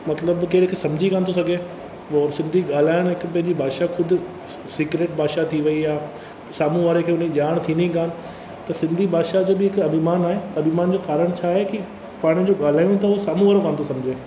मतिलब केरु सम्झी कोन थो सघे सिंधी ॻाल्हाइणु हिक ॿिए जी भाषा ख़ुदि सीक्रेट भाषा थी वई आहे साम्हूं वारे खे उन ई ॼाण थींदी कोन त सिंधी भाषा जो बि हिकु अभिमान आहे अभिमान जो कारण छा आहे की पाण जो ॻाल्हाइण था उहो साम्हूं वारो कोन थो सम्झे